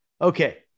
Okay